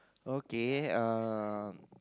okay uh